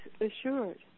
assured